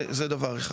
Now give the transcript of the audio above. זה דבר אחד.